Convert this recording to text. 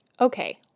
Okay